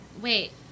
Wait